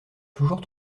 toujours